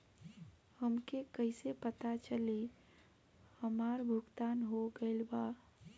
हमके कईसे पता चली हमार भुगतान हो गईल बा?